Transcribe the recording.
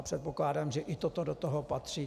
Předpokládám, že i toto do toho patří.